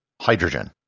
hydrogen